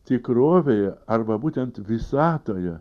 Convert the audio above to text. tikrovėje arba būtent visatoje